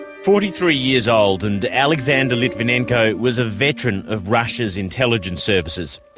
forty-three years old and alexander litvinenko was a veteran of russia's intelligence services.